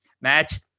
match